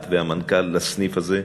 את והמנכ"ל לסניף הזה,